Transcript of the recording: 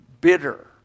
bitter